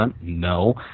No